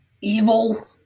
Evil